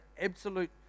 absolute